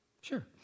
Sure